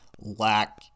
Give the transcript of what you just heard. lack